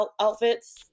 outfits